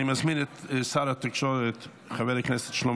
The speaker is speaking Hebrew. אני מזמין את שר התקשורת חבר הכנסת שלמה